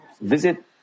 visit